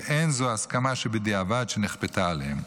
ואין זו הסכמה שבדיעבד שנכפתה עליהם.